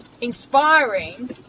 Inspiring